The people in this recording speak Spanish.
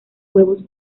huevos